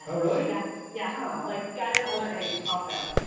ah really? yeah. yeah. oh, like got an older age also.